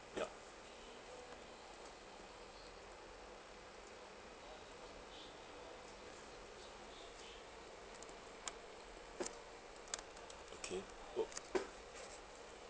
ya okay go